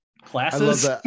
classes